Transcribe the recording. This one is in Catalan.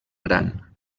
gran